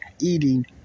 eating